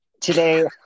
Today